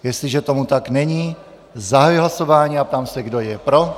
Jestliže tomu tak není, zahajuji hlasování a ptám se, kdo je pro.